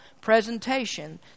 presentation